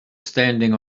standing